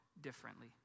differently